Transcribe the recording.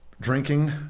drinking